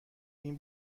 این